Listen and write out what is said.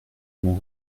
mon